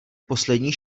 poslední